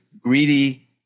greedy